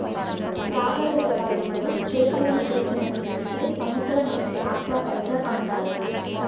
సాగర జలాల్లో చేపలను పెంచినట్లయితే సముద్రనీటి ఆక్వాకల్చర్ అంటారు